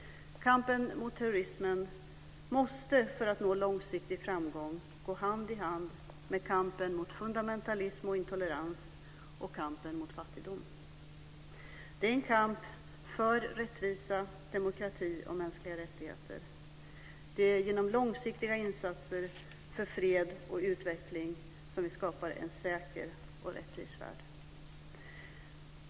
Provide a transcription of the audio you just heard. Kampen mot terrorismen måste, för att nå långsiktig framgång, gå hand i hand med kampen mot fundamentalism och intolerans och kampen mot fattigdom. Det är en kamp för rättvisa, demokrati och mänskliga rättigheter. Det är genom långsiktiga insatser för fred och utveckling som vi skapar en säker och rättvis värld.